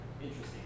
interesting